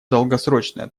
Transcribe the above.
долгосрочная